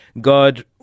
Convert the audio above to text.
God